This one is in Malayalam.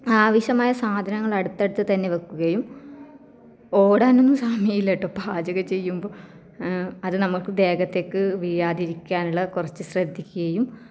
ആവശ്യമായ സാധനങ്ങൾ അടുത്തടുത്ത് തന്നെ വയ്ക്കുകയും ഓടാനൊന്നും സമയമില്ല കേട്ടോ പാചകം ചെയ്യുമ്പോൾ അത് നമുക്ക് ദേഹത്തേക്ക് വീഴാതിരിക്കാനുള്ള കുറച്ച് ശ്രദ്ധിക്കുകയും